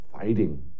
fighting